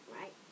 right